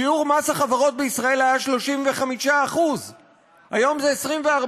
שיעור מס החברות בישראל היה 35%. היום זה 24%,